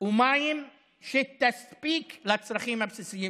ומים שתספיק לצרכים הבסיסיים